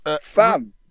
Fam